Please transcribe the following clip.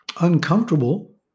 uncomfortable